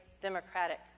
Democratic